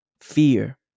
Fear